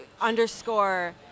underscore